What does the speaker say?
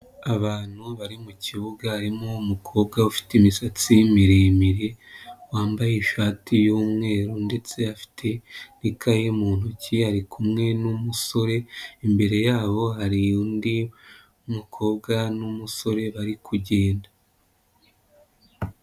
Abantu bari mu kibuga harimo umukobwa ufite imisatsi miremire, wambaye ishati y'umweru ndetse afite n'ikaye mu ntoki, ari kumwe n'umusore, imbere yabo hari undi mukobwa n'umusore bari kugenda.